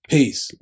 Peace